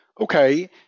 Okay